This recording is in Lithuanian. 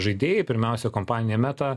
žaidėjai pirmiausia kompanija meta